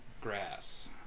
grass